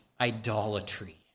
idolatry